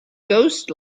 ghost